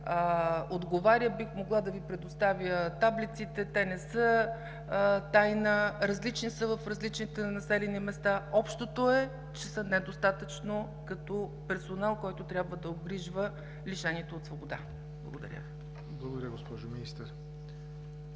отговаря, бих могла да Ви предоставя таблиците. Те не са тайна. Различни са в различните населени места. Общото е, че са недостатъчно като персонал, който трябва да обгрижва лишените от свобода. Благодаря Ви. ПРЕДСЕДАТЕЛ ЯВОР НОТЕВ: Благодаря, госпожо Министър.